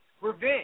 revenge